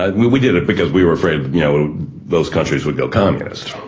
and we we did it because we were afraid you know those countries would go communist.